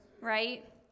right